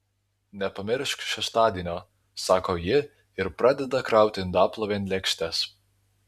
nepamiršk šeštadienio sako ji ir pradeda krauti indaplovėn lėkštes